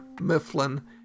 mifflin